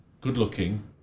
good-looking